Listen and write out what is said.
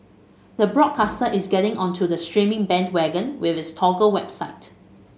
the broadcaster is getting onto the streaming bandwagon with its Toggle website